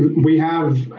we have